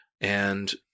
And-